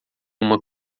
uma